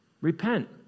Repent